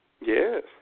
Yes